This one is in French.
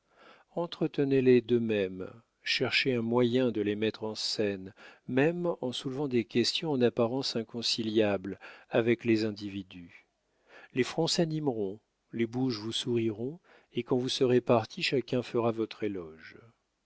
sûr entretenez les d'eux-mêmes cherchez un moyen de les mettre en scène même en soulevant des questions en apparence inconciliables avec les individus les fronts s'animeront les bouches vous souriront et quand vous serez parti chacun fera votre éloge